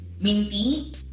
Minty